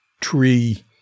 tree